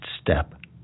step